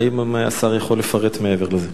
האם השר יכול לפרט מעבר לזה?